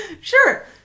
sure